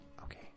Okay